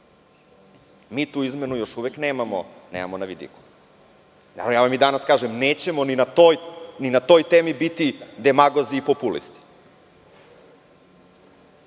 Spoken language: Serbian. tu izmenu još uvek nemamo na vidiku. I danas vam kažem nećemo ni na toj temi biti demagozi i populisti.